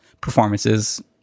performances